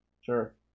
Sure